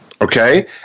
Okay